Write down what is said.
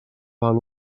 val